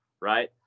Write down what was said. right